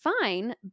fine